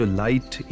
light